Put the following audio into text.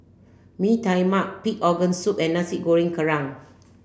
Mee Tai Mak pig organ soup and Nasi Goreng Kerang